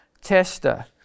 tester